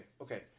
okay